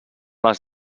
les